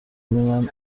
ببینن